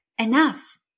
enough